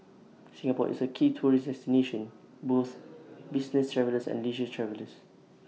Singapore is A key tourist destination both business travellers and leisure travellers